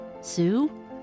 Sue